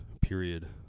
period